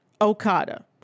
Okada